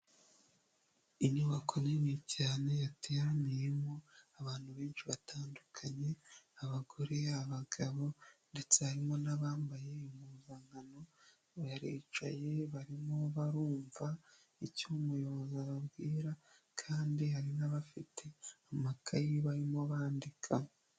Inyubako nini cyane yateraniyemo abantu benshi batandukanye abagore, abagabo ndetse harimo n'abambaye impuzankano, baricaye barimo barumva icyo umuyobozi ababwira, kandi hari n'abafite amakayi barimo bandika.